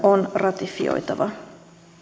on ratifioitava